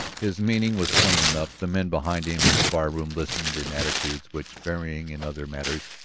his meaning was plain enough the men behind him in the barroom listened in attitudes which, varying in other matters,